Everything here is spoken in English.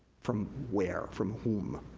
from where, from whom?